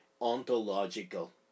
ontological